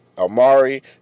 Amari